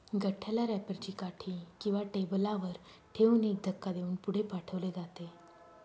गठ्ठ्याला रॅपर ची काठी किंवा टेबलावर ठेवून एक धक्का देऊन पुढे पाठवले जाते